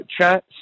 chat